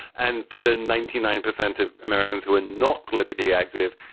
and for the ninety nine percent of americans who are not politically active,